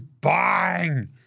bang